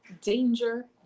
danger